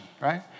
right